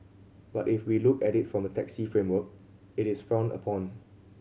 but if we look at it from a taxi framework it is frowned upon